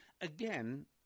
Again